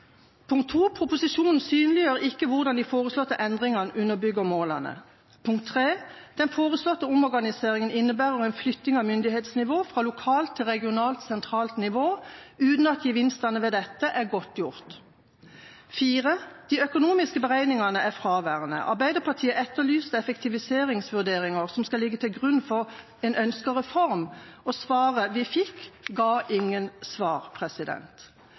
Proposisjonen synliggjør ikke hvordan de foreslåtte endringene underbygger målene. Den foreslåtte omorganiseringen innebærer en flytting av myndighetsnivå fra lokalt til regionalt/sentralt nivå, uten at gevinstene ved dette er godtgjort. De økonomiske beregningene er fraværende. Arbeiderpartiet etterlyste effektiviseringsvurderingene som skal ligge til grunn for ønsket om reform. Svaret vi fikk, ga ingen svar.